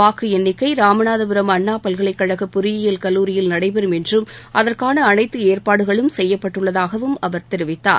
வாக்கு எண்ணிக்கை ராமநாதபுரம் அண்ணா பல்கலைக்கழக பொறியியல் கல்லூரியில் நடைபெறும் என்றும் அதற்கான அனைத்து ஏற்பாடுகளும் செய்யப்பட்டுள்ளதாகவும் அவர் தெரிவித்தார்